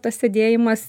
tas sėdėjimas